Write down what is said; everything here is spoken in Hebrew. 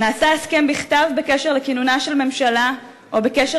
"נעשה הסכם בכתב בקשר לכינונה של ממשלה או בקשר